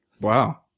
Wow